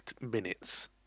minutes